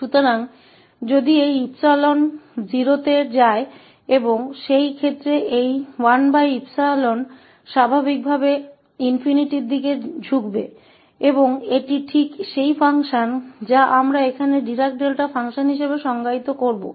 इसलिए यदि यह 𝜖 0 पर जाता है और उस स्थिति में यह 1𝜖 स्वाभाविक रूप से ∞ की ओर प्रवृत्त होगा और यही वह कार्य है जिसे हम यहां डिराक डेल्टा फ़ंक्शन के रूप में परिभाषित करेंगे